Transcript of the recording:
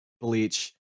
Bleach